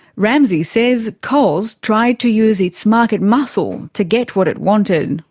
ramsay says coles tried to use its market muscle to get what it wanted.